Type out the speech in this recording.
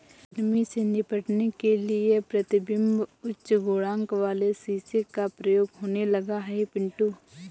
गर्मी से निपटने के लिए प्रतिबिंब उच्च गुणांक वाले शीशे का प्रयोग होने लगा है पिंटू